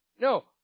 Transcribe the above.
No